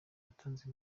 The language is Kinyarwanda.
yatanze